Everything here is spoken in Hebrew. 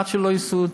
עד שלא יעשו,